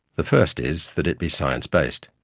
the first is that it be science based.